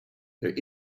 there